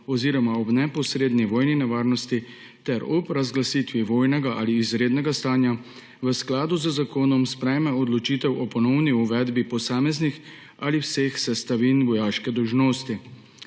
ob neposredni vojni nevarnosti ter ob razglasitvi vojnega ali izrednega stanja v skladu z zakonom sprejme odločitev o ponovni uvedbi posameznih ali vseh sestavin vojaške dolžnosti.